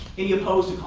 any opposed